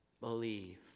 believe